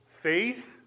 Faith